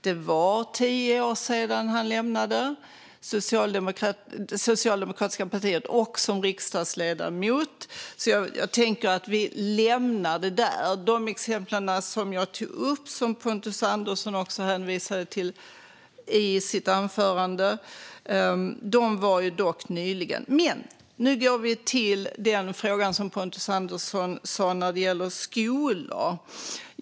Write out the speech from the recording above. Det var tio år sedan den ledamoten lämnade det socialdemokratiska partiet och slutade som riksdagsledamot. Jag tycker att vi lämnar det därhän. De exempel som jag tog upp och som Pontus Andersson också hänvisade till i sitt anförande var dock från närtid. Låt oss gå till den fråga som Pontus Andersson hade vad gäller skolor.